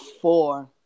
Four